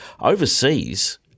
overseas